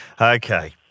Okay